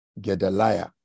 Gedaliah